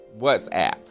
WhatsApp